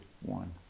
one